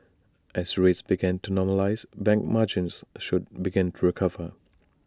as rates begin to normalise bank margins should begin to recover